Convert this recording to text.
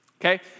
Okay